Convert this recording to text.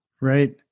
Right